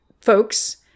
folks